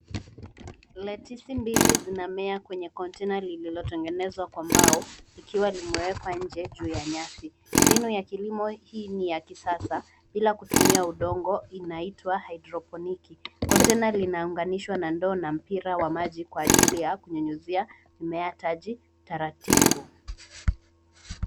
Letisi mbili zinamea kwenye kontena lililotengenezwa kwa mbao likiwa limewekwa nje juu ya nyasi, mbinu ya kilimo hii ni ya kisasa ila kutumia udongo inaitwa haidroponiki, kontena linaunganishwa na ndoo na mpira wa maji kwa ajili ya kunyunyuzia mmea taji taratibu.